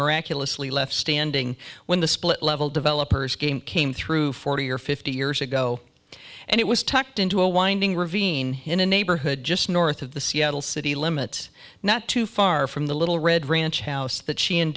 miraculously left standing when the split level developers game came through forty or fifty years ago and it was tucked into a winding ravine in a neighborhood just north of the seattle city limits not too far from the little red ranch house that she and